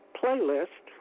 playlist